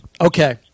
Okay